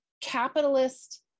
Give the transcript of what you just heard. capitalist